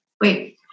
wait